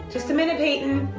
just a minute, peyton.